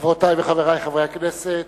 חברותי וחברי חברי הכנסת,